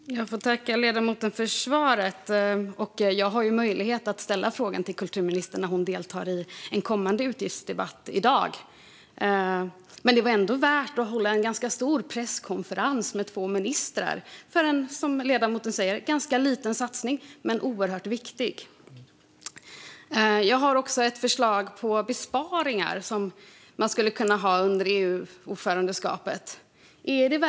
Herr talman! Jag får tacka ledamoten för svaret. Jag har ju möjlighet att ställa frågan till kulturministern när hon deltar i en kommande utgiftsdebatt i dag. Men det var ändå värt att hålla en ganska stor presskonferens med två ministrar för en, som ledamoten säger, ganska liten satsning - men oerhört viktig. Jag har också ett förslag på besparingar som man skulle kunna genomföra under EU-ordförandeskapet.